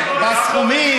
בסכומים.